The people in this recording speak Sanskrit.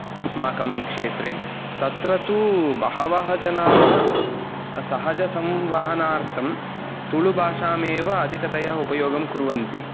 अस्माकं क्षेत्रे तत्र तु बहवः जनाः सहजसंवहनार्थं तुलुभाषामेव अधिकतया उपयोगं कुर्वन्ति